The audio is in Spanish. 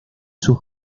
sus